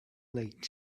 late